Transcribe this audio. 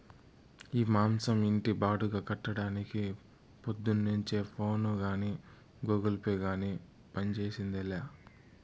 ఈ మాసం ఇంటి బాడుగ కట్టడానికి పొద్దున్నుంచి ఫోనే గానీ, గూగుల్ పే గానీ పంజేసిందేలా